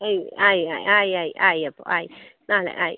ആയി ആയി ആയി ആയി ആയി ആയി അപ്പോൾ ആയി നാളെ ആയി